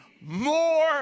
more